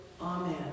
Amen